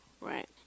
Right